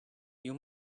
you